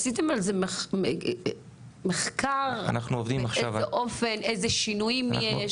עשיתם מחקר איזה שינויים יש?